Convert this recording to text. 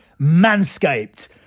Manscaped